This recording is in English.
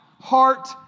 heart